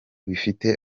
bifite